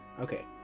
Okay